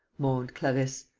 moaned clarisse.